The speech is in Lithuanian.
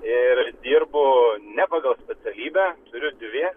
ir dirbu ne pagal specialybę turiu dvi